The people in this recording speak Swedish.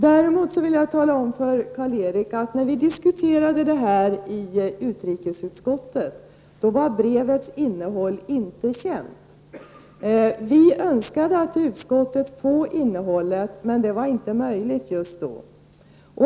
När vi i utrikesutskottet diskuterade den här frågan, Karl-Erik Svartberg, då var innehållet i Ingvar Carlssons brev inte känt. Vi ville få del av det, men detta var inte möjligt just då.